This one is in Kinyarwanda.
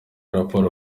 raporo